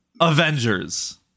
avengers